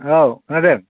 औ खोनादों